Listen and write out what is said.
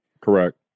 Correct